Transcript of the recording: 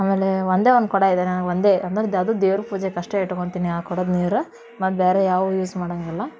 ಆಮೇಲೆ ಒಂದೇ ಒಂದು ಕೊಡ ಇದೆ ನನಗೆ ಒಂದೇ ಅಂದ್ರೆ ದ್ ಅದು ದೇವ್ರ ಪೂಜೆಗಷ್ಟೇ ಇಟ್ಕೊಂತೀನಿ ಆ ಕೊಡದ ನೀರು ಮತ್ತು ಬೇರೆ ಯಾವುವೂ ಯೂಸ್ ಮಾಡೋಂಗಿಲ್ಲ